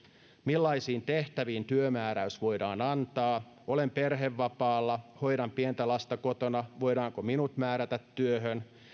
millaisiin tehtäviin työmääräys voidaan antaa olen perhevapaalla hoidan pientä lasta kotona voidaanko minut määrätä työhön